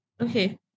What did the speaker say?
Okay